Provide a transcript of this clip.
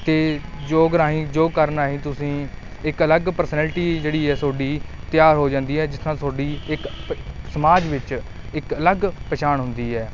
ਅਤੇ ਯੋਗ ਰਾਹੀਂ ਯੋਗ ਕਰਨ ਰਾਹੀਂ ਤੁਸੀਂ ਇੱਕ ਅਲੱਗ ਪਰਸਨੈਲਿਟੀ ਜਿਹੜੀ ਹੈ ਤੁਹਾਡੀ ਤਿਆਰ ਹੋ ਜਾਂਦੀ ਹੈ ਜਿਸ ਤਰ੍ਹਾਂ ਤੁਹਾਡੀ ਇੱਕ ਸਮਾਜ ਵਿੱਚ ਇੱਕ ਅਲੱਗ ਪਛਾਣ ਹੁੰਦੀ ਹੈ